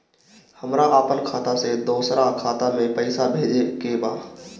हमरा आपन खाता से दोसरा खाता में पइसा भेजे के बा